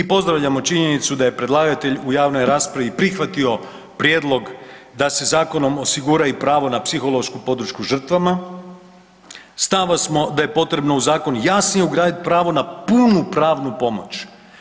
I pozdravljamo činjenicu da je predlagatelj u javnoj raspravi prihvatio prijedlog da se zakonom osigura i pravo na psihološku podršku žrtvama, stava smo da je potrebno u zakon jasno ugradit pravo na punu pravnu pomoć.